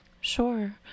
sure